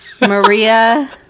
maria